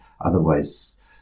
Otherwise